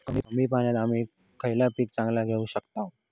कमी पाण्यात आम्ही खयला पीक चांगला घेव शकताव?